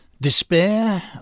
Despair